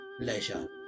leisure